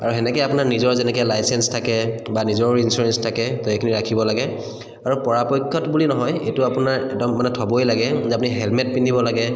আৰু তেনেকৈ আপোনাৰ নিজৰ যেনেকৈ লাইচেঞ্চ থাকে বা নিজৰো ইঞ্চুৰেঞ্চ থাকে ত' এইখিনি ৰাখিব লাগে আৰু পৰাপক্ষত বুলি নহয় এইটো আপোনাৰ একদম মানে থ'বই লাগে যে আপুনি হেলমেট পিন্ধিব লাগে